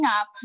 up